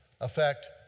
affect